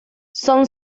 son